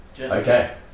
Okay